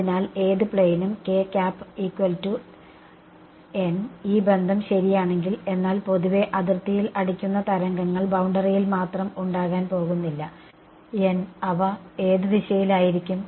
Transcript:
അതിനാൽ ഏത് പ്ലെയിനും ഈ ബന്ധം ശരിയാണെങ്കിൽ എന്നാൽ പൊതുവെ അതിർത്തിയിൽ അടിക്കുന്ന തരംഗങ്ങൾ ബൌണ്ടറിയിൽ മാത്രം ഉണ്ടാകാൻ പോകുന്നില്ല അവ ഏത് ദിശയിലും ആയിരിക്കും